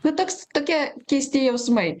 na toks tokie keisti jausmai